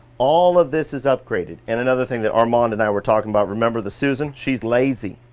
all of this is upgraded. and another thing that armand and i were talking about, remember the susan, she's lazy.